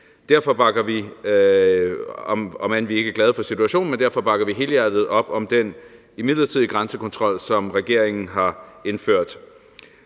Derfor bakker vi – om end vi ikke er glade for situationen – helhjertet op om den midlertidige grænsekontrol, som regeringen har indført.